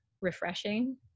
refreshing